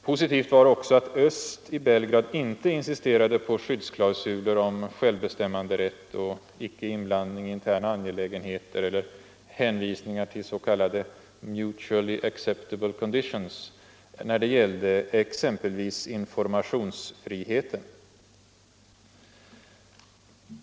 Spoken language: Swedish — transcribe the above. Positivt var också att öst i Belgrad inte insisterade på skyddsklausuler om självbestämmanderätt och icke-inblandning i interna angelägenheter eller hänvisningar till s.k. ”mutually acceptable conditions” när det gällde exempelvis informationsfriheten.